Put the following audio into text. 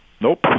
Nope